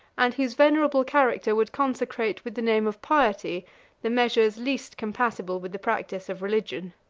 and whose venerable character would consecrate with the name of piety the measures least compatible with the practice of religion.